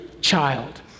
child